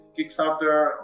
Kickstarter